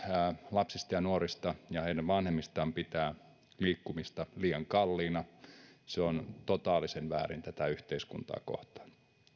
lapsista ja nuorista ja heidän vanhemmistaan pitää liikkumista liian kalliina se on totaalisen väärin tätä yhteiskuntaa kohtaan